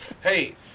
Hey